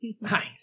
Nice